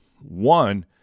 One